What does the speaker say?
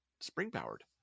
spring-powered